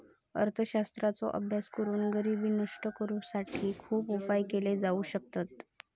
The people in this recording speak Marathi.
अर्थशास्त्राचो अभ्यास करून गरिबी नष्ट करुसाठी खुप उपाय केले जाउ शकतत